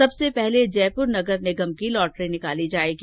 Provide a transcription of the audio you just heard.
सबसे पहले जयपुर नगर निगम की लॉटरी निकाली जायेगी